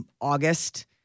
August